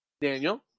Daniel